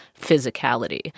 physicality